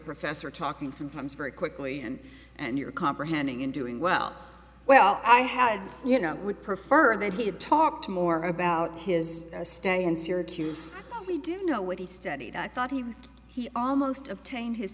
professor talking sometimes very quickly and and you're comprehending and doing well well i had you know would prefer that he had talked to more about his stay in syracuse see didn't know what he studied i thought he was he almost obtained his